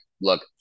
look